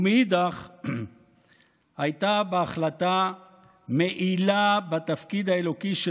ומצד שני הייתה בהחלטה מעילה בתפקיד האלוקי של